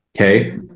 Okay